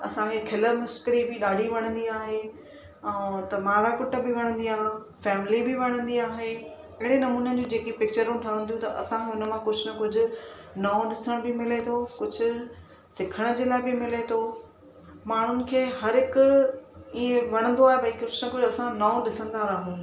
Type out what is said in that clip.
असांखे खिल मस्करी बि ॾाढी वणंदी आहे ऐं त मार कुट बि वणंदी आहे फैमली बि वणंदी आहे अहिड़े नमूने जूं जेके पिक्चरूं ठहंदियूं त असां हुन मां कुझु न कुझु नओं ॾिसणु बि मिले थो कुझु सिखण जे लाइ बि मिले थो माण्हुनि खे हर हिकु इहे वणंदो आहे भाई कुझु न कुझु न असां नओं ॾिसंदा रहूं